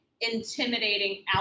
intimidating